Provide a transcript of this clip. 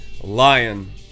lion